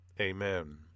Amen